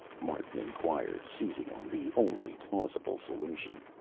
martin inquired, seizing on the only plausible solution.